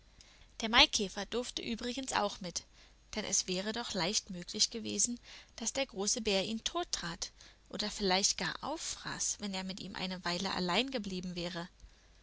der maikäfer durfte übrigens auch mit denn es wäre doch leicht möglich gewesen daß der große bär ihn tottrat oder vielleicht gar auffraß wenn er mit ihm eine weile allein geblieben wäre